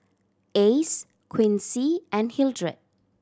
Ace Quincy and Hildred